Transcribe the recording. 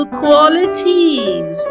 qualities